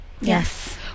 Yes